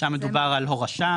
שם מדובר על הורשה,